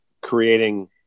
creating